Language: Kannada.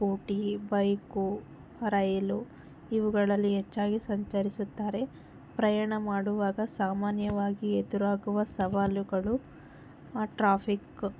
ಸ್ಕೂಟಿ ಬೈಕ್ ರೈಲ್ ಇವುಗಳಲ್ಲಿ ಹೆಚ್ಚಾಗಿ ಸಂಚರಿಸುತ್ತಾರೆ ಪ್ರಯಾಣ ಮಾಡುವಾಗ ಸಾಮಾನ್ಯವಾಗಿ ಎದುರಾಗುವ ಸವಾಲುಗಳು ಟ್ರಾಫಿಕ್